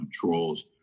controls